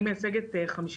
אני מייצגת 54